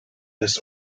this